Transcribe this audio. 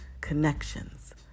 connections